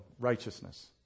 righteousness